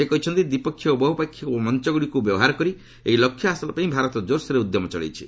ସେ କହିଛନ୍ତି ଦ୍ୱିପକ୍ଷୀୟ ଓ ବହୁପାକ୍ଷିକ ମଞ୍ଚଗୁଡ଼ିକୁ ବ୍ୟବହାର କରି ଏହି ଲକ୍ଷ୍ୟ ହାସଲ ପାଇଁ ଭାରତ କୋର୍ସୋର୍ରେ ଉଦ୍ୟମ ଚଳାଇଛି